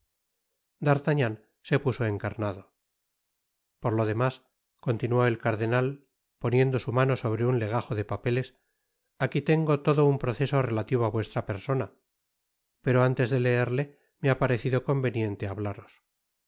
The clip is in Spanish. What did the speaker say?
d'artagnan se puso encarnado por lo demás continuó el cardenal poniendo su mano sobre un legajo de papeles ahi tengo todo un proceso relativo á vuestra persona pero antes de leerle me ha parecido conveniente hablaros